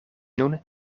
nun